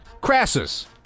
Crassus